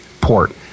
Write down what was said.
port